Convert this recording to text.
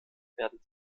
werden